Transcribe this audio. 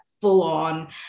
full-on